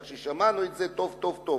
כך ששמענו את זה טוב טוב טוב,